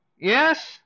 Yes